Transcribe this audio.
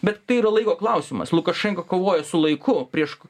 bet tai yra laiko klausimas lukašenka kovoja su laiku prieš